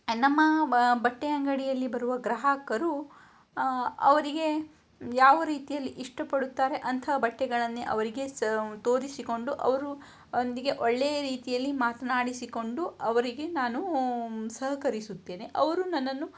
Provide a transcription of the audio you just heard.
ನಮ್ಮ ಮ ಬಟ್ಟೆ ಅಂಗಡಿಯಲ್ಲಿ ಬರುವ ಗ್ರಹಾಕರು ಅವರಿಗೆ ಯಾವ ರೀತಿಯಲ್ಲಿ ಇಷ್ಟಪಡುತ್ತಾರೆ ಅಂತಹ ಬಟ್ಟೆಗಳನ್ನೇ ಅವರಿಗೆ ಸ ತೋರಿಸಿಕೊಂಡು ಅವ್ರ ಒಂದಿಗೆ ಒಳ್ಳೇ ರೀತಿಯಲ್ಲಿ ಮಾತನಾಡಿಸಿಕೊಂಡು ಅವರಿಗೆ ನಾನು ನಾನು ಸಹಕರಿಸುತ್ತೇನೆ ಅವರು ನನ್ನನ್ನು